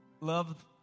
Love